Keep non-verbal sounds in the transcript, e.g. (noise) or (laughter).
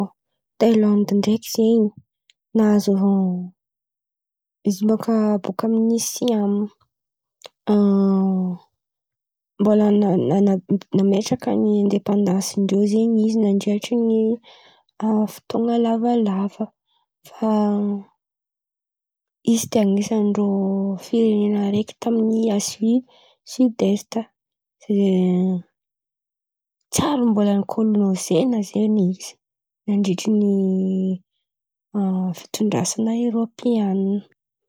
Tailandy ndreky zen̈y nahazo izy bôka aminy Nisy an̈y mbôla nametraky ny aindepandansy ndreô izy nandritriny fôtôna lavalava. Fa izy de anisany reô firenena raiky tamy azi side esta (hesitation) tsary mbôla nikôna. Zen̈y izy nandritry ny fitondrasana eropeana.